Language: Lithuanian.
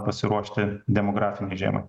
pasiruošti demografinei žiemai